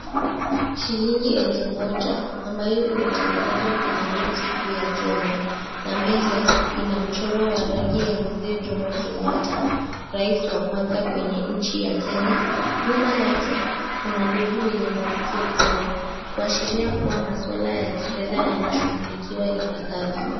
Shilingi elfu moja ambayo imetengenezwa kwenye benki kuu ya Kenya na mbele ina mchoro wa rangi ya mzee Jomo Kenyatta Rais wa kwanza kwenye nchi ya Kenya, nyuma yake kuna ndovu wenye masiko kubwa kuashiria kuwa maswara ya kifedha yanashughulikiwa ipasavyo.